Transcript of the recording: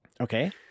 Okay